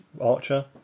Archer